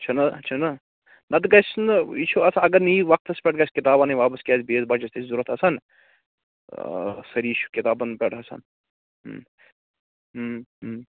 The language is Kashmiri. چھُنہٕ چھُنہٕ نَتہٕ گَژھِ نہٕ یہِ چھُ آسان اگر نہٕ یہِ وَقتَس پیٚٹھ گَژھِ کِتاب اَنٕنۍ واپَس کیٛاز بیٚیِس بَچَس تہِ چھُ ضروٗرت آسان آ سٲری چھِ کِتابَن پیٚٹھ آسان